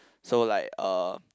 so like uh